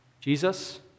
Jesus